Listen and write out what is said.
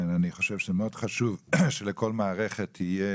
כן, אני חושב שזה מאוד חשוב שלכל מערכת תהיה